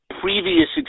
previous